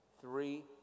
Three